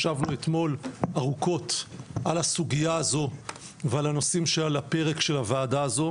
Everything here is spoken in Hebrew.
ישבנו אתמול ארוכות על הסוגיה הזו ועל הנושאים שעל הפרק של הוועדה הזו.